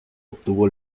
obtuvo